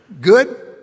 Good